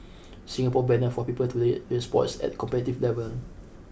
Singapore banner for people to play play sports at competitive level